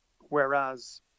whereas